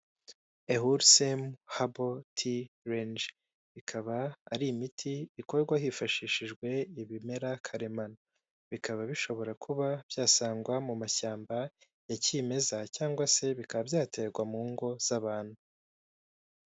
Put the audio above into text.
Ehurusemu habo ti range, ikaba ari imiti ikorwa hifashishijwe ibimera karemano. Bikaba bishobora kuba byasangwa mu mashyamba ya kimeza, cyangwag se bikaba byaterwa mu ngo z'abantu.